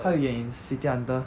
她有演 city hunter